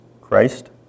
Christ